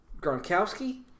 Gronkowski